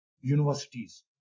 universities